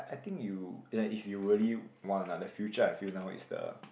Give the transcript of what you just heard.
I think you like if you really want ah the future I feel now is the